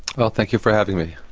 but thank you for having me.